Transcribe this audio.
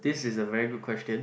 this is a very good question